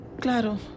Claro